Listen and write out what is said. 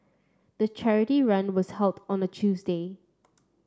the charity run was held on a Tuesday